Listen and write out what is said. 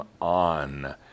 on